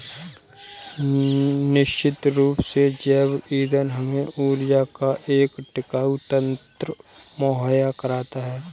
निश्चित रूप से जैव ईंधन हमें ऊर्जा का एक टिकाऊ तंत्र मुहैया कराता है